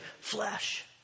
flesh